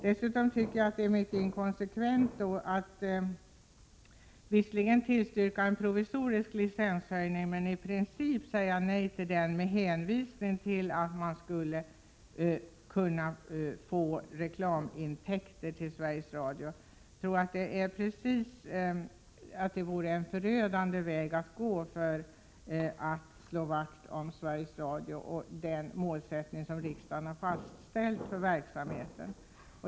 Dessutom tycker jag att det är mycket inkonsekvent att visserligen tillstyrka en provisorisk licenshöjning men i princip säga nej till den med hänvisning till att man skulle kunna få reklamintäkter till Sveriges Radio. Jag tror att det vore en förödande väg att gå när det gäller att slå vakt om Sveriges Radio och den målsättning som riksdagen har fastställt för verksamheten.